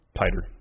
tighter